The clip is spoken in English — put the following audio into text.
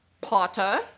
Potter